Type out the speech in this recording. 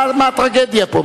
מה הטרגדיה פה?